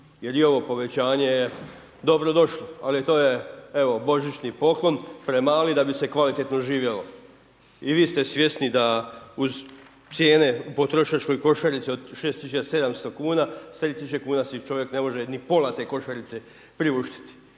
jer i ovo povećanje je dobro došlo, ali to je evo božićni poklon premali da bi se kvalitetno živjelo. I vi ste svjesni da uz cijene u potrošačkom košarici od 6 tisuća 700 kuna s 3 tisuće kuna si čovjek ne može ni pla te košarice priuštiti.